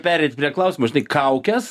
pereit prie klausimo žinai kaukes